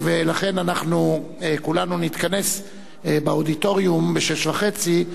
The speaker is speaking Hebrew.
לכן, אנחנו כולנו נתכנס באודיטוריום ב-18:30.